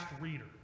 reader